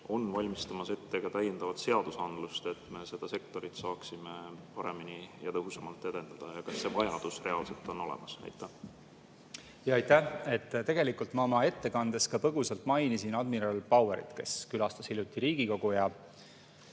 on valmistamas ette täiendavat seadusandlust, et me seda sektorit saaksime paremini ja tõhusamalt edendada? Ja kas see vajadus reaalselt on olemas? Aitäh! Tegelikult ma oma ettekandes põgusalt mainisin admiral Bauerit, kes külastas hiljuti Riigikogu.